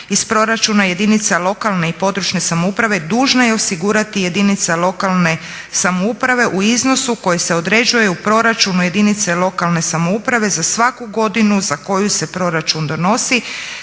iz proračuna jedinica lokalne i područne samouprave dužna je osigurati jedinice lokalne samouprave u iznosu koji se određuje u proračunu jedinice lokalne samouprave za svaku godinu za koju se proračun donosi